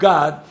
God